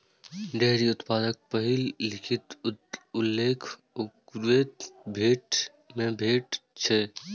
dairy उत्पादक पहिल लिखित उल्लेख ऋग्वेद मे भेटै छै